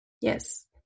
yes